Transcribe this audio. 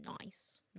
nice